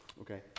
Okay